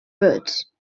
roots